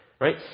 right